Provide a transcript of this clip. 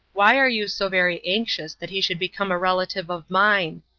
why are you so very anxious that he should become a relative of mine?